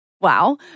Wow